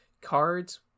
Cards